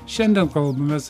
šiandien kalbamės